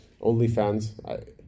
OnlyFans